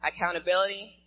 accountability